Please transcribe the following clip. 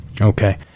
Okay